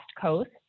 Coast